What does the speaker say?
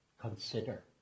consider